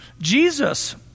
Jesus